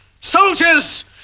Soldiers